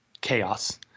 chaos